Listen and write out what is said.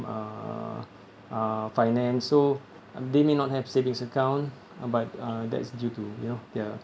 uh uh finance so they may not have savings account but uh that's due to you know their